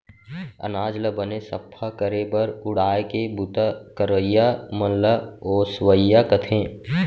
अनाज ल बने सफ्फा करे बर उड़ाय के बूता करइया मन ल ओसवइया कथें